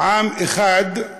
"עם אחד,